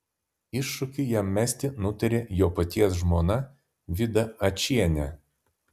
iššūkį jam mesti nutarė jo paties žmona vida ačienė